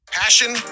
Passion